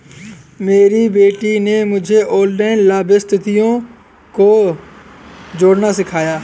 मेरी बेटी ने मुझे ऑनलाइन लाभार्थियों को जोड़ना सिखाया